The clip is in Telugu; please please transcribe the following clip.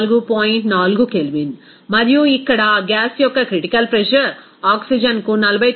4 కెల్విన్ మరియు ఇక్కడ ఆ గ్యాస్ యొక్క క్రిటికల్ ప్రెజర్ ఆక్సిజన్కు 49